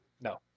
No